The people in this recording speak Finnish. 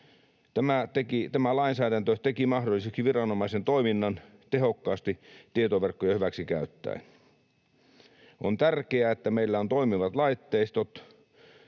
Tämä lainsäädäntö teki mahdolliseksi viranomaisen toiminnan tehokkaasti tietoverkkoja hyväksikäyttäen. On tärkeää, että meillä on toimivat laitteistot